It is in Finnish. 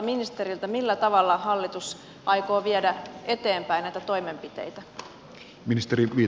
millä tavalla hallitus aikoo viedä eteenpäin näitä toimenpiteitä